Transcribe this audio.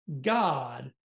God